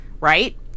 Right